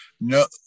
no